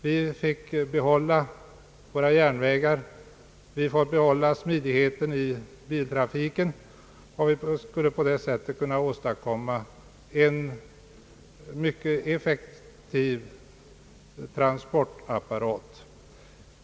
Vi kan behålla våra järnvägar, vi kan också behålla smidigheten med biltrafiken och vi åstadkommer en mycket effektiv transportapparat.